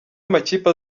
amakipe